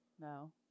No